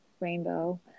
rainbow